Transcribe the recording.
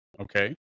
okay